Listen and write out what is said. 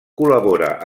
col·labora